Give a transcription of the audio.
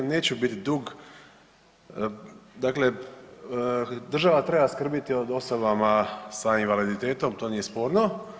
Neću biti dug, dakle država treba skrbiti o osobama s invaliditetom to nije sporno.